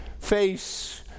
face